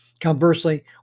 Conversely